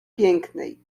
pięknej